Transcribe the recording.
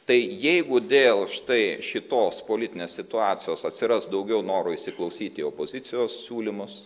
tai jeigu dėl štai šitos politinės situacijos atsiras daugiau noro įsiklausyti į opozicijos siūlymus